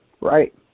right